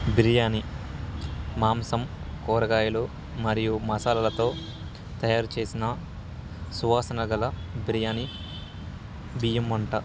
బిర్యానీ మాంసం కూరగాయలు మరియు మసాలాలతో తయారు చేసిన సువాసన గల బిర్యానీ బియ్యం వంట